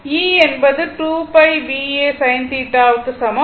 e என்பது 2 π B A n sin θ க்கு சமம்